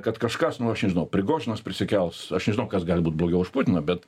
kad kažkas nu aš nežinau prigožinas prisikels aš nežinau kas gali būt blogiau už putiną bet